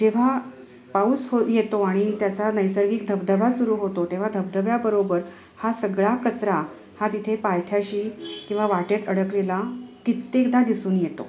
जेव्हा पाऊस हो येतो आणि त्याचा नैसर्गिक धबधबा सुरू होतो तेव्हा धबधब्याबरोबर हा सगळा कचरा हा तिथे पायठ्याशी किंवा वाटेत अडकलेला कित्येकदा दिसून येतो